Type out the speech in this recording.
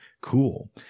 cool